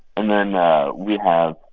and then we have